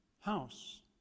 house